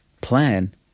plan